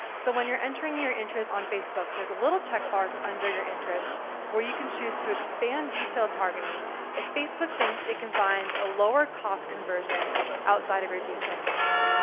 so when you're entering your interests on facebook there's a little check mark under your interests where you can choose to expand detail targeting if facebook thinks it can find a lower cost conversion outside of your details targeting.